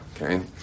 okay